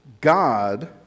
God